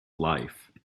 life